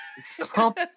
stop